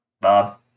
Bob